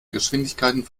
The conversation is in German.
geschwindigkeiten